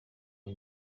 the